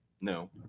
No